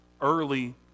early